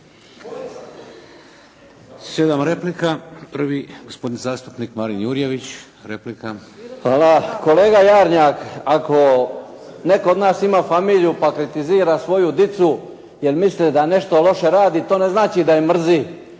7 replika. Prvi, gospodin zastupnik Marin Jurjević, replika. **Jurjević, Marin (SDP)** Hvala. Kolega Jarnjak, ako netko od nas ima familiju pa kritizira svoju djecu jer mislite da nešto loše radi, to ne znači da je mrzi,